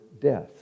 death